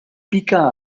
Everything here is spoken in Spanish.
pica